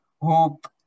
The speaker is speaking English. hope